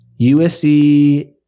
USC